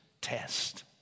test